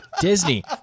Disney